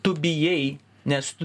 tu bijai nes